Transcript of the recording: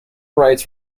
rights